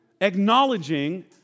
Acknowledging